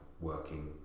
working